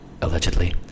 Allegedly